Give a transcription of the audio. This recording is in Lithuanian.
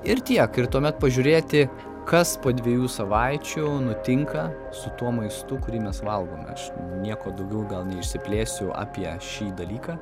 ir tiek ir tuomet pažiūrėti kas po dviejų savaičių nutinka su tuo maistu kurį mes valgome aš nieko daugiau gal neišsiplėsiu apie šį dalyką